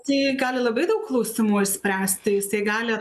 gali labai daug klausimų išspręsti jisai gali